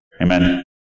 Amen